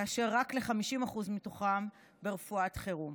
כאשר רק ל-50% מהם תואר ברפואת חירום.